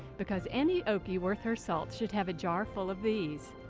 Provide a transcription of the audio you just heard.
because any okie worth her salt should have a jar-full of these.